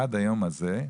עד היום הזה,